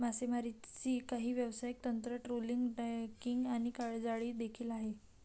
मासेमारीची काही व्यवसाय तंत्र, ट्रोलिंग, ड्रॅगिंग आणि जाळी देखील आहे